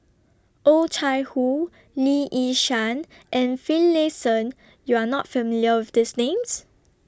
Oh Chai Hoo Lee Yi Shyan and Finlayson YOU Are not familiar with These Names